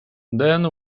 then